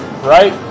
right